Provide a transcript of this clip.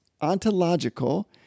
ontological